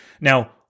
Now